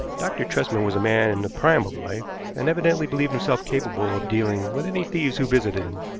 dr. tresman was a man in the prime of life, and evidently believed himself capable of dealing with any thieves who visited him.